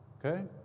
ok?